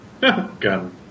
Gun